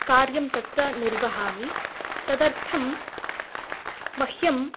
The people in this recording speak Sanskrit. कार्यं तत्र निर्वहामि तदर्थं मह्यम्